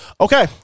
Okay